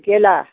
केला